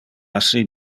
assi